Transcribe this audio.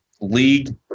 league